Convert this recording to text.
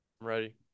ready